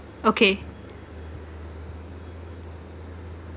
okay